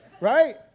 right